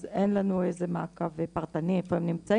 אז אין לנו מעקב פרטני על איפה הם נמצאים,